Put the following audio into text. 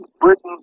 Britain